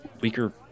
weaker